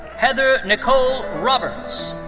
heather nicole roberts.